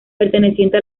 perteneciente